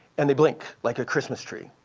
and they blink like a christmas tree.